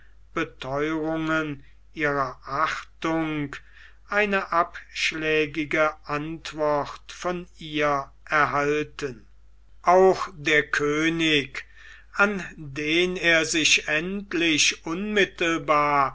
betheuerungen ihrer achtung eine abschlägige antwort von ihr erhalten auch der könig an den er sich endlich unmittelbar